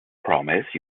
promise